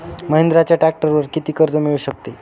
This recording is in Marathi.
महिंद्राच्या ट्रॅक्टरवर किती कर्ज मिळू शकते?